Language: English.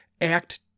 act